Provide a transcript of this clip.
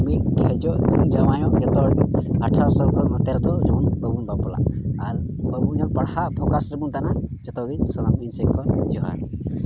ᱢᱤᱫ ᱴᱷᱮᱡᱚᱜ ᱡᱟᱶᱟᱭᱚᱜ ᱡᱚᱛᱚ ᱦᱚᱲ ᱜᱮ ᱟᱴᱷᱨᱚ ᱥᱟᱞ ᱢᱚᱭᱫᱷᱮ ᱨᱮᱫᱚ ᱡᱮᱢᱚᱱ ᱵᱟᱵᱚᱱ ᱵᱟᱯᱞᱟᱜ ᱟᱨ ᱟᱵᱚᱱ ᱯᱟᱲᱦᱟᱜ ᱯᱷᱳᱠᱟᱥ ᱨᱮᱵᱚᱱ ᱛᱟᱦᱮᱱᱟ ᱡᱚᱛᱚᱜᱮ ᱥᱟᱱᱟᱢ ᱤᱧ ᱥᱮᱡ ᱠᱷᱚᱡ ᱡᱚᱦᱟᱨ